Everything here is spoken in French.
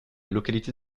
localité